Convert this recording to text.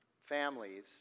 families